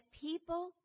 people